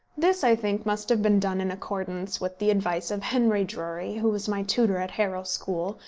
this, i think, must have been done in accordance with the advice of henry drury, who was my tutor at harrow school,